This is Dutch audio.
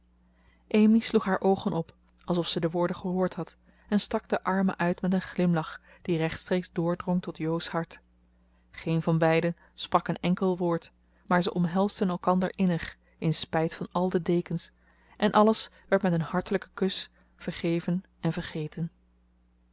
amy sloeg haar oogen op alsof ze de woorden gehoord had en stak de armen uit met een glimlach die rechtstreeks doordrong tot jo's hart geen van beiden sprak een enkel woord maar ze omhelsden elkander innig in spijt van al de dekens en alles werd met een hartelijken kus vergeven en vergeten